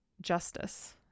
justice